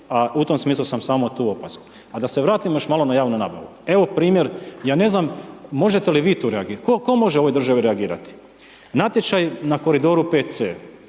a u tom smislu sam samo tu opasku. A da se vratim još malo na javnu nabavu. Evo primjer, ja na znam možete li vi tu reagirati, tko može u ovoj državi reagirati, natječaj na koridoru 5C